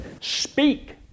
Speak